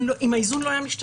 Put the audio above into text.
אם האיזון לא היה משתנה,